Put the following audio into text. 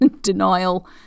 denial